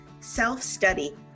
self-study